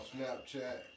Snapchat